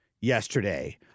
yesterday